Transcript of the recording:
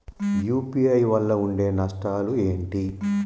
UPI వల్ల ఉండే నష్టాలు ఏంటి??